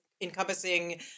encompassing